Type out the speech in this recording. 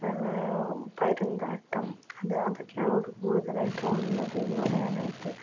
പരുന്താട്ടം അത് അതൊക്കെയാണ് ഇവിടെ കൂടുതലായിട്ട് ഉള്ളത് എന്ന് പറയാനായിട്ട്